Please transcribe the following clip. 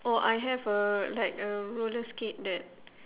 oh I have a like a roller skate that